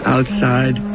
Outside